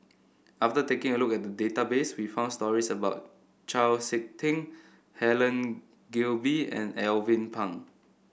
after taking a look at the database we found stories about Chau SiK Ting Helen Gilbey and Alvin Pang